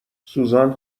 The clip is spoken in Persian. سوزان